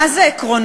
מה זה עקרונות?